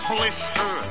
Blister